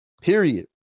Period